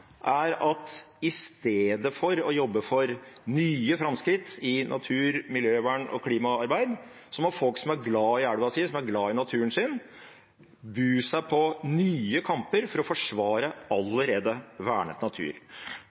er at man i stedet for å jobbe for nye framskritt i natur- og miljøvern og klimaarbeid – folk som er glad i elven sin og glad i naturen sin – bur seg på nye kamper for å forsvare allerede vernet natur.